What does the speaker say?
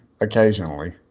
occasionally